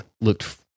looked